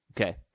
Okay